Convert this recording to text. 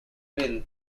will